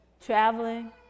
traveling